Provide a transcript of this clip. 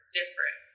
different